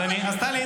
טלי,